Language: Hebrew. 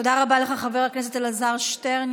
תודה רבה לך, חבר הכנסת אלעזר שטרן.